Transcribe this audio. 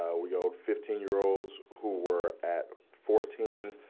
ah we go fifteen year olds who were at fourteen,